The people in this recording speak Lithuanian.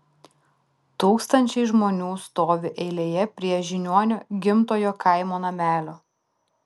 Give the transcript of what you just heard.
tūkstančiai žmonių stovi eilėje prie žiniuonio gimtojo kaimo namelio